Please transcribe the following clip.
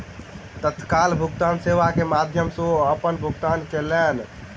तत्काल भुगतान सेवा के माध्यम सॅ ओ अपन भुगतान कयलैन